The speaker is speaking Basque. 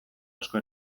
asko